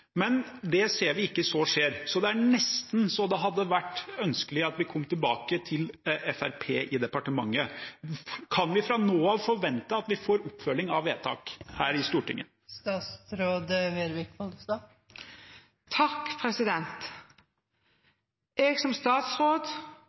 Men det ser vi ikke skjer. Det er nesten så det hadde vært ønskelig at vi fikk tilbake Fremskrittspartiet i departementet. Kan vi fra nå av forvente at det blir en oppfølging av vedtak her i Stortinget? Jeg som statsråd